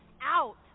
out